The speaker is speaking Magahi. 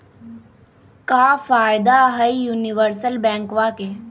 क्का फायदा हई यूनिवर्सल बैंकवा के?